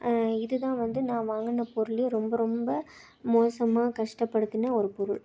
இதுதான் வந்து நான் வாங்கின பொருள்லயே ரொம்ப ரொம்ப மோசமாக கஷ்டப்படுத்தின ஒரு பொருள்